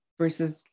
Versus